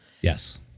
yes